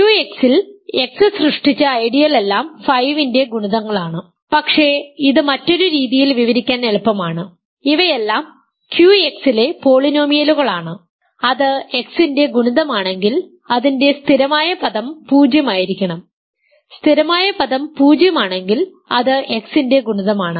QX ൽ X സൃഷ്ടിച്ച ideal എല്ലാം 5 ന്റെ ഗുണിതങ്ങളാണ് പക്ഷേ ഇത് മറ്റൊരു രീതിയിൽ വിവരിക്കാൻ എളുപ്പമാണ് ഇവയെല്ലാം QX ലെ പോളിനോമിയലുകളാണ് അത് X ന്റെ ഗുണിതമാണെങ്കിൽ അതിന്റെ സ്ഥിരമായ പദം 0 ആയിരിക്കണം സ്ഥിരമായ പദം 0 ആണെങ്കിൽ അത് x ന്റെ ഗുണിതമാണ്